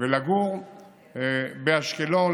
ולגור באשקלון.